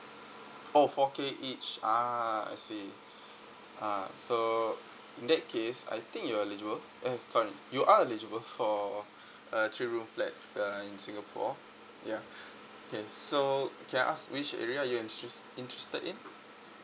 oh four K each ah I see ah so in that case I think you're eligible eh sorry you are eligible for a three room flat uh in singapore ya okay so can I ask which area you entres~ interested in